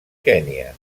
kenya